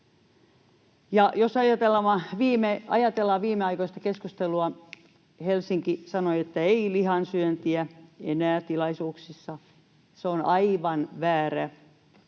jos ajatellaan viimeaikaista keskustelua: Helsinki sanoi, että ei lihansyöntiä enää tilaisuuksissa. Se on aivan väärää